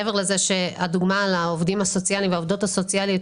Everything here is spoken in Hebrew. מעבר לדוגמה על העובדים הסוציאליים והעובדות הסוציאליות,